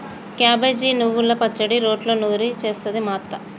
cabbage నువ్వల పచ్చడి రోట్లో నూరి చేస్తది మా అత్త